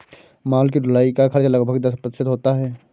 माल की ढुलाई का खर्च लगभग दस प्रतिशत होता है